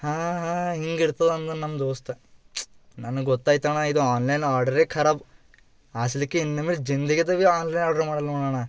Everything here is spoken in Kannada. ಹಾಂ ಹಾಂ ಹಿಂಗಿರ್ತದೆ ಅಂದ ನಮ್ಮ ದೋಸ್ತ ನನಗೆ ಗೊತ್ತಾಯ್ತು ಅಣ್ಣ ಇದು ಆನ್ಲೈನ್ ಆರ್ಡರೆ ಖರಾಬು ಅಸಲಿಗೆ ಇನ್ನು ಮೇಲೆ ಜಿಂದಗಿದಾಗೆ ಭಿ ಆನ್ಲೈನ್ ಆರ್ಡ್ರು ಮಾಡಲ್ಲ ನೋಡಣ್ಣ